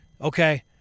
Okay